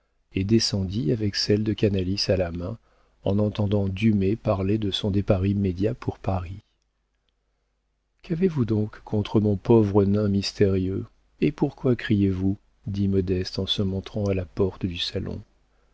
et descendit avec celle de canalis à la main en entendant dumay parler de son départ immédiat pour paris qu'avez-vous donc contre mon pauvre nain mystérieux et pourquoi criez-vous dit modeste en se montrant à la porte du salon